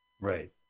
Right